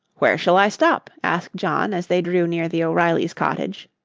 where shall i stop? asked john as they drew near the o'reilly's cottage.